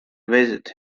visit